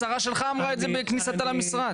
השרה שלך אמרה זה בכניסתה למשרד.